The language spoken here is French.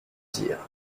dire